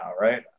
right